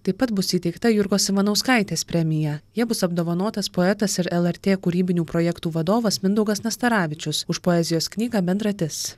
taip pat bus įteikta jurgos ivanauskaitės premija ja bus apdovanotas poetas ir lrt kūrybinių projektų vadovas mindaugas nastaravičius už poezijos knygą bendratis